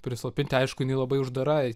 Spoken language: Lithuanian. prislopinti aišku jinai labai uždara